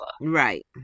Right